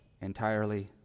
entirely